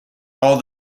all